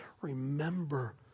remember